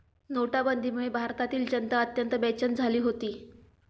नोटाबंदीमुळे भारतातील जनता अत्यंत बेचैन झाली होती